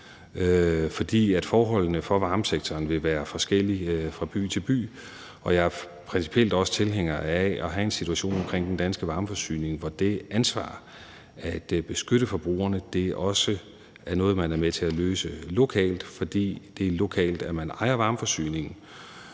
fordi forholdene for varmesektoren vil være forskellige fra by til by. Jeg er principielt også tilhænger af at have en situation omkring den danske varmeforsyning, hvor det ansvar for at beskytte forbrugerne også er noget, man er med til at løse lokalt, fordi det er lokalt, man ejer varmeforsyningen,